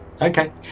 Okay